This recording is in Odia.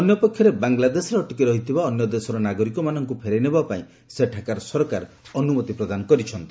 ଅନ୍ୟପକ୍ଷରେ ବାଂଲାଦେଶରେ ଅଟକି ରହିଥିବା ଅନ୍ୟ ଦେଶର ନାଗରିକମାନଙ୍କୁ ଫେରାଇ ନେବା ପାଇଁ ସେଠାକାର ସରକାର ଅନୁମତି ପ୍ରଦାନ କରିଛନ୍ତି